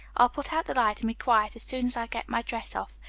i'll put out the light and be quiet as soon as i get my dress off.